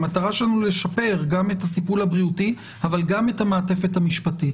המטרה שלנו לשפר גם את הטיפול הבריאותי אבל גם את המעטפת המשפטית.